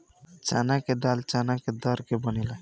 चना के दाल चना के दर के बनेला